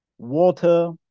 Water